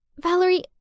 Valerie